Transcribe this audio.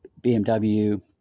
BMW